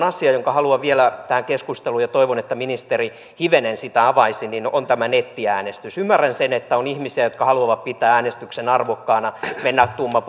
asia jonka haluan vielä tähän keskusteluun ja toivon että ministeri hivenen sitä avaisi on tämä nettiäänestys ymmärrän sen että on ihmisiä jotka haluavat pitää äänestyksen arvokkaana mennä tumma